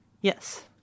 Yes